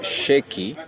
shaky